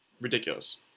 ridiculous